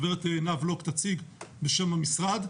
גברת עינב לוק תציג בשם המשרד,